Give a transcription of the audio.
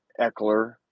Eckler